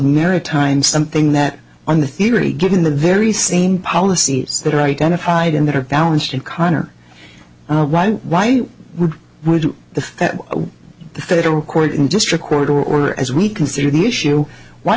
maritime something that on the theory given the very same policies that are identified and that are balanced in connor right why would the federal court in district court or as we consider the issue why